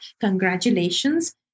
Congratulations